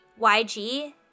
YG